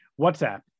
WhatsApp